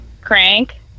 crank